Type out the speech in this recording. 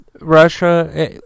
Russia